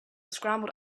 scrambled